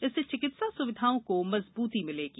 इससे चिकित्सा सुविधाओं को मजबूती मिलेगी